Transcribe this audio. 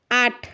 আট